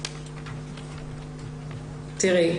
תראי,